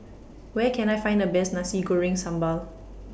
Where Can I Find The Best Nasi Goreng Sambal